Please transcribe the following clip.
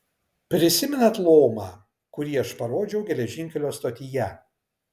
prisimenat lomą kurį aš parodžiau geležinkelio stotyje